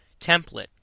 template